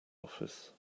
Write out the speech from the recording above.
office